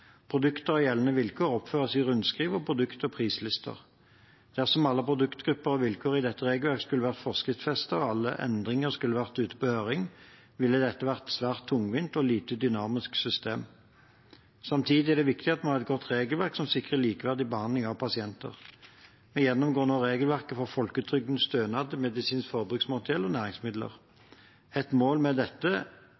Produkter og gjeldende vilkår oppføres i rundskriv og produkt- og prislister. Dersom alle produktgrupper og vilkår i dette regelverket skulle vært forskriftsfestet og alle endringer skulle vært på høring, ville det blitt et svært tungvint og lite dynamisk system. Samtidig er det viktig at vi har et godt regelverk som sikrer likeverdig behandling av pasienter. Vi gjennomgår nå regelverket for folketrygdens stønad til medisinsk forbruksmateriell og næringsmidler.